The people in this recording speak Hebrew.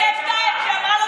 רק שנאה.